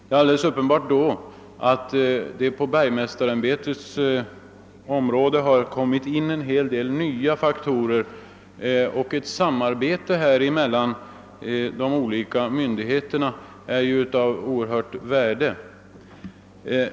Det är uppenbart att det därigenom har kommit in en hel del nya faktorer på bergmästarämbetets område och att samarbetet mellan olika myndigheter därför är av oerhört stort värde.